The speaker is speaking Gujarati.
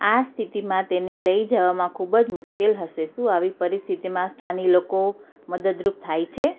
આ સ્થિતિમાં તેને લઈ જવામાં ખૂબ જ મુશ્કેલ હશે શું આવી પરિસ્થિતિમાં સ્થાનિક લોકો મદદરૂપ થાય છે